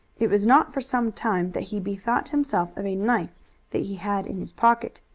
it was not for some time that he bethought himself of a knife that he had in his pocket.